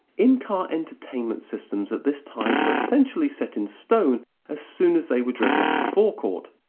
in-car entertainment systems at this time were essentially set in stone as soon as they were driven off the forecourt.